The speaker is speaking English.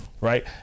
right